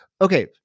Okay